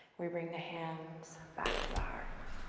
we bring the hands back to the heart.